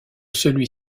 celui